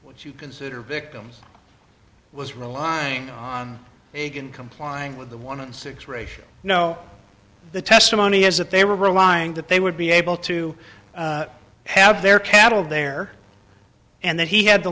what you consider victims was relying on ig and complying with the one in six ratio no the testimony is that they were lying that they would be able to have their cattle there and then he had the